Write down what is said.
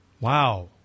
Wow